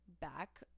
back